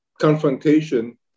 confrontation